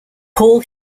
paul